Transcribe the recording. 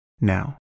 now